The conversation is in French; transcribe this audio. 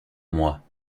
moi